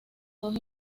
dos